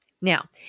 Now